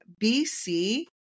BC